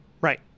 Right